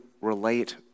relate